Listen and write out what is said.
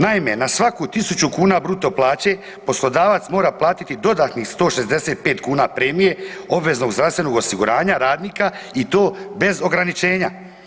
Naime, na svaku tisuću kuna bruto plaće poslodavac mora platiti dodatnih 165 kuna premije obveznog zdravstvenog osiguranja radnika i to bez ograničenja.